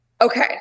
okay